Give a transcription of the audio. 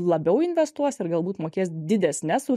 labiau investuos ir galbūt mokės didesnes su